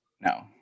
No